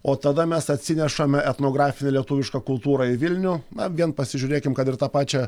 o tada mes atsinešame etnografinę lietuvišką kultūrą į vilnių na vien pasižiūrėkim kad ir tą pačią